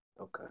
Okay